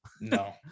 No